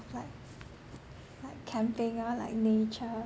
like like camping ah like nature